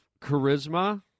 charisma